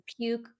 puke